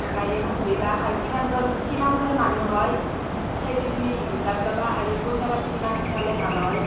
অ গাড়ী এখন ধৰিবা আৰু কিমানজন কিমানজন মানুহ হয় সেইটো তুমি হিচাপ ল'বা আৰু পইচা পাতি কিমান উঠালে ভাল হয়